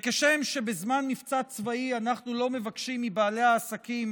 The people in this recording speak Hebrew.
וכשם שבזמן מבצע צבאי אנחנו לא מבקשים מבעלי העסקים